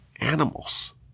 animals